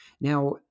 Now